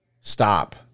Stop